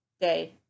day